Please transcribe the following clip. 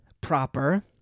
proper